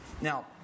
Now